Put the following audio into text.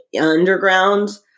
underground